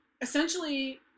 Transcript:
essentially